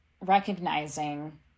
recognizing